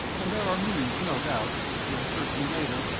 and there are means, no doubt, which will occur to me later,